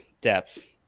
depth